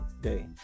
day